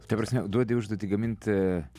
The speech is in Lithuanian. ta prasme duoti užduotį gaminti